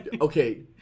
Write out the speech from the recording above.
Okay